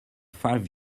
five